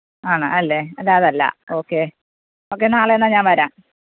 ആണ് അല്ലേ അല്ല അതല്ല ഓക്കെ ഓക്കെ നാളെ എന്നാൽ ഞാന് വരാം